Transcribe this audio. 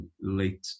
late